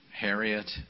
Harriet